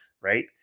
right